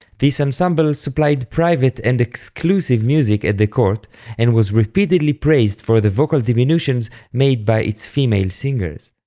this ensemble supplied private and exclusive music at the court and was repeatedly praised for the vocal diminutions made by its female singers.